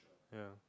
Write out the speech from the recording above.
ya